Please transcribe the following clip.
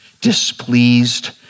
displeased